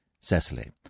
Cecily